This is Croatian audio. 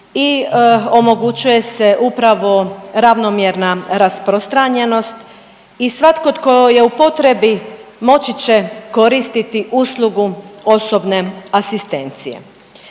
i omogućuje se upravo ravnomjerna rasprostranjenost i svatko tko je u potrebi moći će koristiti uslugu osobne asistencije.